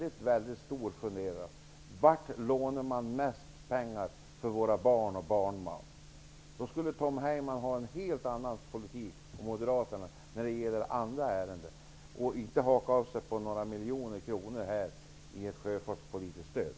I vilket sammanhang lånar man mest pengar som kommer att drabba våra barn och barnbarn? Tom Heyman och moderaterna borde rimligtvis föra en helt annan politik när det gäller andra ärenden. De borde inte haka upp sig på några miljoner kronor i ett sjöfartspolitiskt stöd.